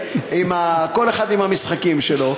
כל אחד עם המשחקים שלו.